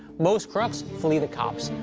most crooks flee the cops,